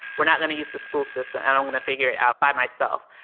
we're not going to use the school system and i'm going to figure it out by myself,